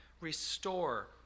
restore